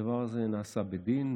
הדבר הזה נעשה בדין,